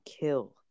kill